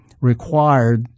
required